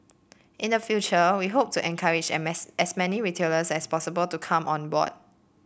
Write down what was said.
in the future we hope to encourage and as many retailers as possible to come on board